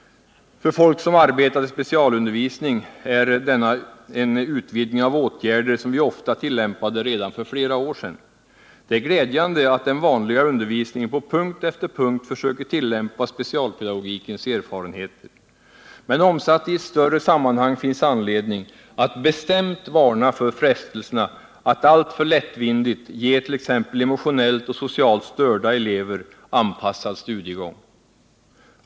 För folk som arbetat i specialundervisningen är dennå en utvidgning av åtgärder, som vi ofta tillämpade redan för flera år sedan. Det är glädjande att den vanliga undervisningen på punkt efter punkt försöker tillämpa specialpedagogikens erfarenheter. Men omsatt i ett större sammanhang finns anledning att bestämt varna för frestelserna att alltför lättvindigt get.ex. emotionellt och socialt störda elever anpassad studiegång.